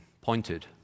pointed